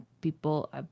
people